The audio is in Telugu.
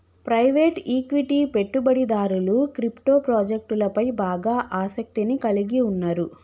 ప్రైవేట్ ఈక్విటీ పెట్టుబడిదారులు క్రిప్టో ప్రాజెక్టులపై బాగా ఆసక్తిని కలిగి ఉన్నరు